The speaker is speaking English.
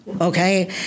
okay